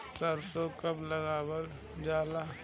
सरसो कब लगावल जाला?